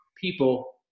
people